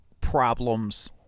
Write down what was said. problems